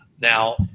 Now